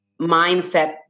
mindset